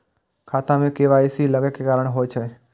खाता मे के.वाई.सी लागै के कारण की होय छै?